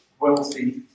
wealthy